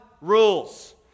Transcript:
rules